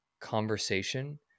conversation